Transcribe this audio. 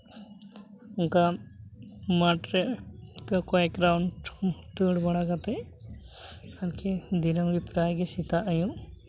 ᱚᱝᱠᱟ ᱢᱟᱴᱷ ᱨᱮ ᱚᱝᱠᱟ ᱠᱚᱭᱮᱠ ᱨᱟᱣᱩᱱᱰ ᱫᱟᱹᱲ ᱵᱟᱲᱟ ᱠᱟᱛᱮᱫ ᱟᱨᱠᱤ ᱫᱤᱱᱟᱹᱢ ᱜᱮ ᱯᱨᱟᱭ ᱜᱮ ᱥᱮᱛᱟᱜ ᱟᱹᱭᱩᱵ